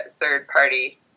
third-party